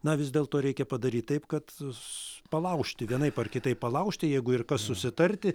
na vis dėlto reikia padaryti taip kad palaužti vienaip ar kitaip palaužti jeigu ir kas susitarti